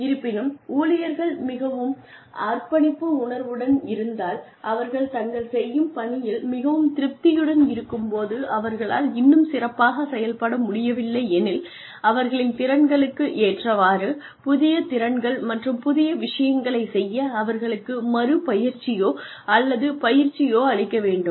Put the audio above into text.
இருப்பினும் ஊழியர்கள் மிகவும் அர்ப்பணிப்பு உணர்வுடன் இருந்தால் அவர்கள் தங்கள் செய்யும் பணியில் மிகவும் திருப்தியுடன் இருக்கும் போது அவர்களால் இன்னும் சிறப்பாக செயல்பட முடியவில்லை எனில் அவர்களின் திறன்களுக்கு ஏற்றவாறு புதிய திறன்கள் மற்றும் புதிய விஷயங்களைச் செய்ய அவர்களுக்கு மறு பயிற்சியோ அல்லது பயிற்சியோ அளிக்க வேண்டும்